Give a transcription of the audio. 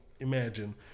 imagine